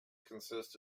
consist